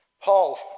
Paul